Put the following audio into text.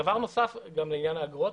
דבר נוסף לעניין האגרות.